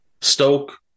Stoke